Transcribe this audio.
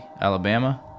Alabama